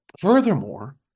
furthermore